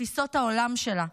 לתפיסות העולם שלה,